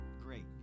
Great